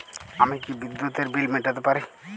আমি কি বিদ্যুতের বিল মেটাতে পারি?